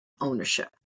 ownership